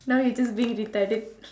now you're just being retarded